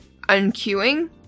unqueuing